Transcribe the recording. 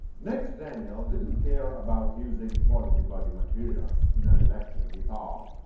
nat daniel didn't care about using quality body materials in an electric guitar,